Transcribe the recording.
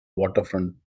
waterfront